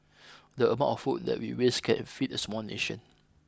the amount of food that we waste can feed a small nation